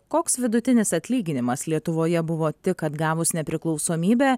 koks vidutinis atlyginimas lietuvoje buvo tik atgavus nepriklausomybę